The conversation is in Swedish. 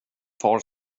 far